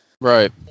right